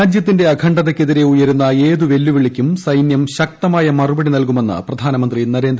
രാജ്യത്തിന്റെ അഖണ്ഡതയ്ക്കെതിരെ ഉയരുന്ന ഏതു വെല്ലുവിളിയ്ക്കും സൈനൃം ശക്തമായ മറുപടി നൽകുമെന്ന് പ്രധാനമന്ത്രി നരേന്ദ്രമോദി